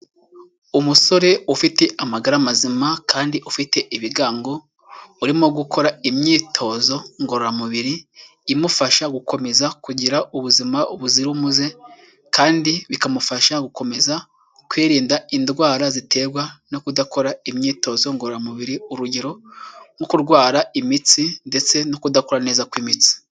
Umusore ufite amagara mazima kandi ufite ibigango, urimo gukora imyitozo ngororamubiri imufasha gukomeza kugira ubuzima buzira umuze; kandi bikamufasha gukomeza kwirinda indwara ziterwa no kudakora imyitozo ngororamubiri. Urugero nko kurwara imitsi ndetse no kudakora neza kw'imitsi.